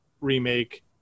remake